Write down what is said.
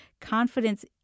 Confidence